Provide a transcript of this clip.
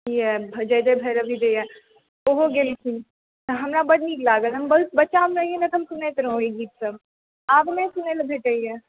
यऽ जय जय भैरवी जे यऽ ओहो गेलखिन हमरा बड नीक लागल हम बच्चामे ई मतलब हम सुनैत रहलहुँ ई गीतसभ आब नहि सुनै लऽ भेटैया